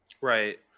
right